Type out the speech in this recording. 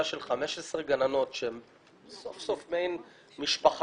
של 15 גננות שהן סוף סוף מעין משפחה.